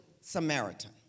Samaritan